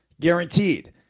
guaranteed